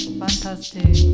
fantastic